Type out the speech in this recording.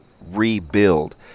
rebuild